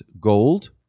gold